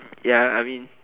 ya I mean